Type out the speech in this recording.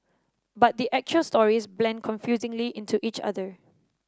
but the actual stories blend confusingly into each other